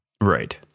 Right